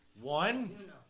One